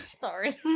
Sorry